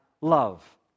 love